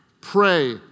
Pray